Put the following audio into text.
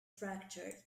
fractured